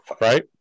right